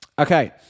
Okay